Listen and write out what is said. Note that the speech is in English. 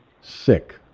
sick